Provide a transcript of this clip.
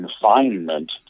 confinement